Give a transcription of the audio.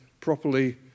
properly